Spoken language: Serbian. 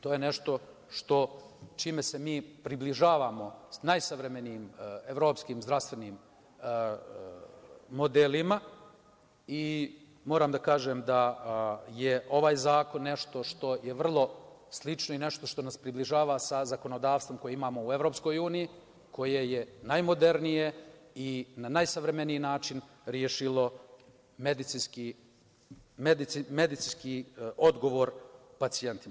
To je nešto čime se mi približavamo najsavremenijim evropskim zdravstvenim modelima i moram da kažem da je ovaj zakon nešto što je vrlo slično i nešto što nas približava sa zakonodavstvom koje imamo u EU, koje je najmodernije i na najsavremeniji način rešilo medicinski odgovor pacijentima.